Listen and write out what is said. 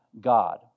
God